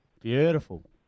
Beautiful